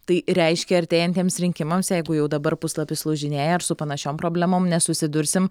tai reiškia artėjantiems rinkimams jeigu jau dabar puslapis lūžinėja ar su panašiom problemom nesusidursime